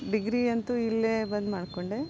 ಡಿಗ್ರಿಯಂತೂ ಇಲ್ಲೇ ಬಂದು ಮಾಡಿಕೊಂಡೆ